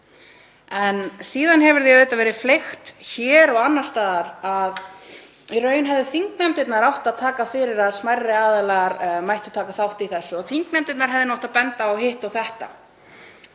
Síðan hefur því verið fleygt fram hér og annars staðar að í raun hefðu þingnefndirnar átt að taka fyrir það að smærri aðilar mættu taka þátt í þessu og þingnefndirnar hefðu átt að benda á hitt og þetta.